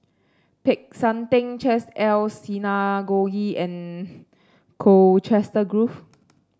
Peck San Theng Chesed El Synagogue and Colchester Grove